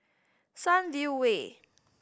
Sunview Way